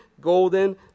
golden